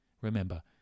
Remember